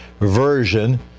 version